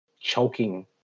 choking